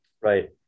Right